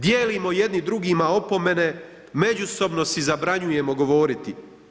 Dijelimo jedni drugima opomene, međusobno si zabranjujemo govoriti.